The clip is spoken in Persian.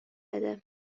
بده